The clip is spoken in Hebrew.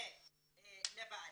לוועדה,